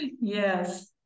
Yes